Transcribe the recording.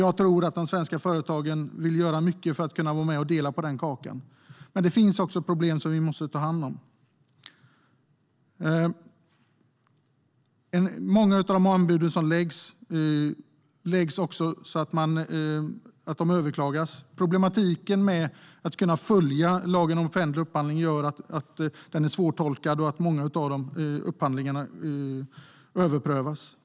Jag tror att de svenska företagen vill göra mycket för att vara med och dela på den kakan. Men det finns problem som vi måste ta hand om. Många anbud läggs fram på ett sådant sätt att de överklagas. Lagen om offentlig upphandling är svårtolkad vilket leder till att många upphandlingar överprövas.